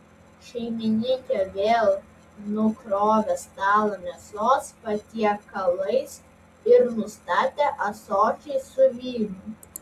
šeimininkė vėl nukrovė stalą mėsos patiekalais ir nustatė ąsočiais su vynu